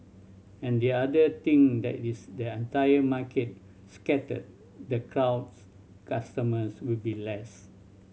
and the other thing that is the entire market scattered the crowds customers will be less